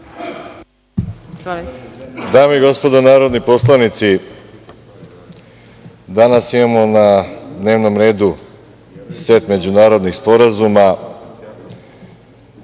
Dame i gospodo narodni poslanici, danas imamo na dnevnom redu set međunarodnih sporazuma.